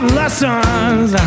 lessons